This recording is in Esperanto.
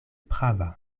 prava